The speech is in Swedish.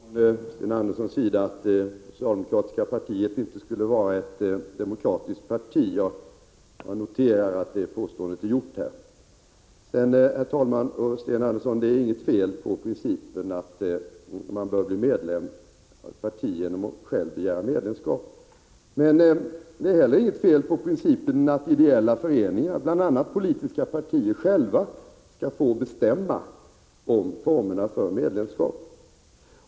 Herr talman! Det är ett intressant påstående från Sten Andersson i Malmö att socialdemokratiska partiet inte skulle vara ett demokratiskt parti. Jag noterar att det påståendet är gjort här. Det är inget fel, Sten Andersson, på principen att man bör bli medlem i ett parti genom att själv begära medlemskap. Men det är heller inget fel på principen att ideella föreningar, bl.a. politiska partier, själva skall få bestämma om formerna för medlemskap.